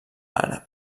àrab